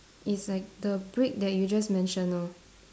is like the break that you just mentioned lor